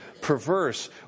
perverse